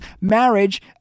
marriage